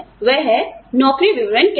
वह है नौकरी विवरण क्या है